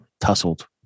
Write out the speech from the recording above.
tussled